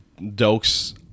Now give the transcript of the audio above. Dokes